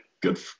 Good